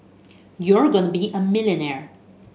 you're going to be a millionaire